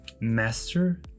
master